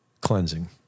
cleansing